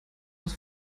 muss